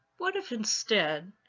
what if, instead,